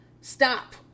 Stop